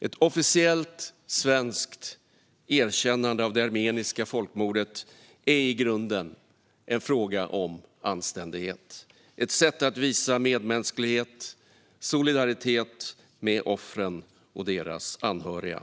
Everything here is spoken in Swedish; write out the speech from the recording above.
Ett officiellt svenskt erkännande av det armeniska folkmordet är i grunden en fråga om anständighet och ett sätt att visa medmänsklighet och solidaritet med offren och deras anhöriga.